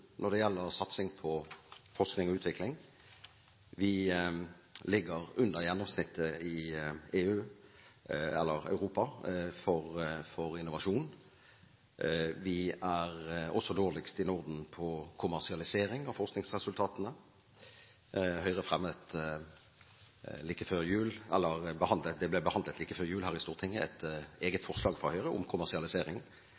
når det gjelder satsing på forskning og utvikling, vi ligger under gjennomsnittet i Europa for innovasjon, vi er også dårligst i Norden på kommersialisering av forskningsresultatene – her i Stortinget ble det like før jul behandlet